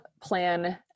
plan